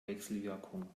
wechselwirkung